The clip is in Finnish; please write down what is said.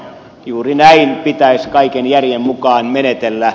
juuri näin pitäisi kaiken järjen mukaan menetellä